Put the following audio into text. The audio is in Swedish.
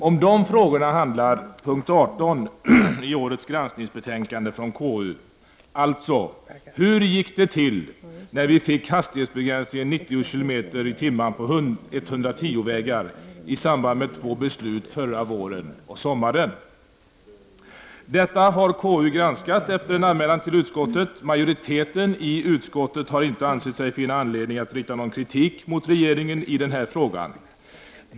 Om de frågor handlar punkt 18 i årets granskningsbetänkande från KU. Alltså: Hur gick det till när vi fick hastighetsbegränsningen 90 km/tim på 110 vägar i samband med två beslut förra våren och sommaren? Detta har KU granskat efter en anmälan till utskottet. Majoriteten i utskottet har inte ansett sig finna anledning att rikta någon kritik mot regeringen i den här frågan.